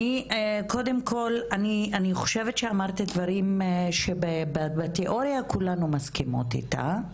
קודם כל אני חושבת שאמרת דברים שבתיאוריה כולנו מסכימות איתם,